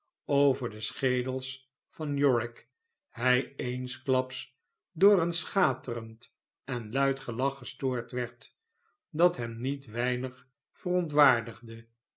over de schedels van yorik hij eensklaps door een schaterend en luid gelach gestoord werd dat hem niet weinig verontwaardigde